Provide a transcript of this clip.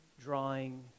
drawing